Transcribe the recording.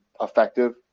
effective